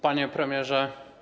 Panie Premierze!